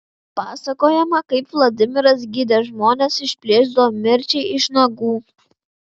pasakojama kaip vladimiras gydė žmones išplėšdavo mirčiai iš nagų